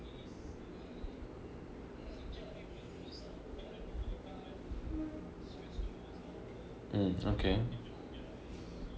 mm okay